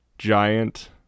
giant